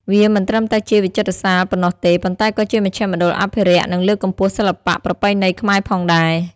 វាមិនត្រឹមតែជាវិចិត្រសាលប៉ុណ្ណោះទេ ប៉ុន្តែក៏ជាមជ្ឈមណ្ឌលអភិរក្ស និងលើកកម្ពស់សិល្បៈប្រពៃណីខ្មែរផងដែរ។